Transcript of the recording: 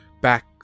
back